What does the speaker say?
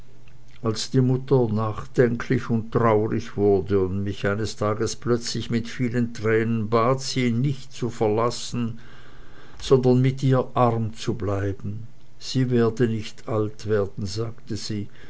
als die mutter nachdenklich und traurig wurde und mich eines tages plötzlich mit vielen tränen bat sie nicht zu verlassen sondern mit ihr arm zu bleiben sie werde nicht alt werden sagte sie